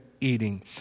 eating